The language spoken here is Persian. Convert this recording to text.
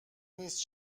نیست